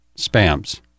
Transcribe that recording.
spams